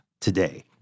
today